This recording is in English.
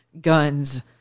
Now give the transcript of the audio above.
guns